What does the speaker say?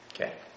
Okay